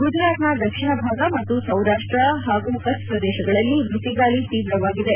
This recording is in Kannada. ಗುಜರಾತ್ನ ದಕ್ಷಿಣ ಭಾಗ ಮತ್ತು ಸೌರಾಷ್ಟ ಹಾಗೂ ಕಚ್ ಪ್ರದೇಶಗಳಲ್ಲಿ ಬಿಸಿಗಾಳಿ ತೀವ್ರವಾಗಿದೆ